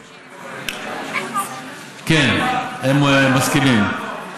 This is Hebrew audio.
כן, הם מסכימים.